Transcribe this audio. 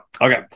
Okay